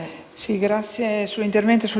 quanto riguarda